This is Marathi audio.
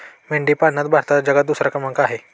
मेंढी पालनात भारताचा जगात दुसरा क्रमांक आहे